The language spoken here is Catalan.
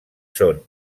són